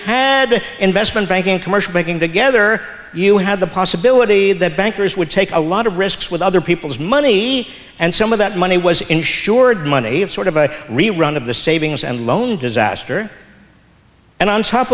had investment banking commercial banking together you had the possibility that bankers would take a lot of risks with other people's money and some of that money was insured money of sort of a rerun of the savings and loan disaster and on top